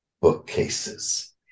bookcases